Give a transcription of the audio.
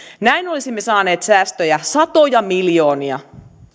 näin olisimme saaneet säästöjä satoja miljoonia